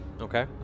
Okay